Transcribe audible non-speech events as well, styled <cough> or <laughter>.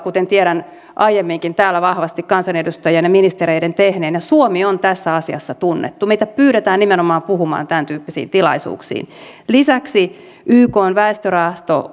<unintelligible> kuten tiedän aiemminkin täällä vahvasti kansanedustajien ja ministereiden tehneen ja suomi on tässä asiassa tunnettu meitä pyydetään nimenomaan puhumaan tämäntyyppisiin tilaisuuksiin lisäksi ykn väestörahasto